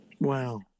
Wow